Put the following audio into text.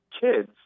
kids